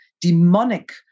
demonic